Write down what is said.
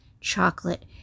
Chocolate